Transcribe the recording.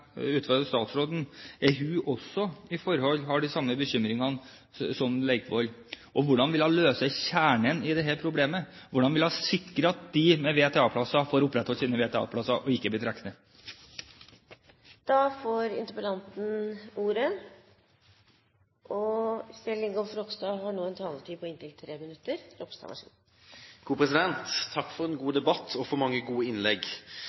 statsråden på om hun også har de samme bekymringene som Leikvoll. Hvordan ville hun løse kjernen i dette problemet? Hvordan ville hun sikre at de med VTA-plasser får opprettholdt sine VTA-plasser, og ikke blir trukket ned? Takk for en god debatt og for mange gode innlegg. Jeg skal prøve å gå inn på